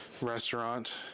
Restaurant